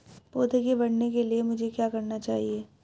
पौधे के बढ़ने के लिए मुझे क्या चाहिए?